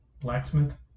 blacksmith